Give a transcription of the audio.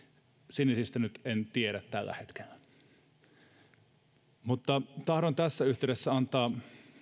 sinisistä en nyt tiedä tällä hetkellä mutta tahdon tässä yhteydessä antaa